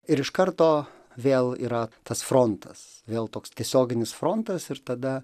ir iš karto vėl yra tas frontas vėl toks tiesioginis frontas ir tada